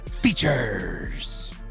Features